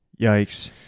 yikes